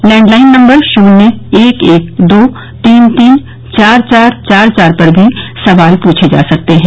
landline नम्बर शून्य एक एक दो तीन तीन चार चार चार चार पर भी सवाल पूछे जा सकते हैं